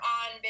on